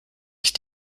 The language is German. ich